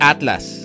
Atlas